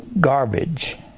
garbage